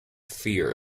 fear